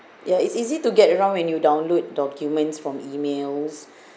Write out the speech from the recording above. ya it's easy to get around when you download documents from emails